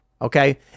Okay